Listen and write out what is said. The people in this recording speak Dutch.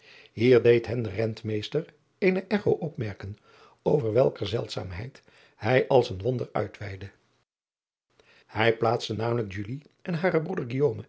ier deed hen de entmeester eene cho opmerken over welker zeldzaamheid hij als een wonder uitweidde ij plaatste namelijk en haren broeder